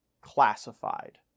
classified